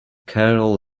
carol